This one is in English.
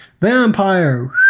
Vampire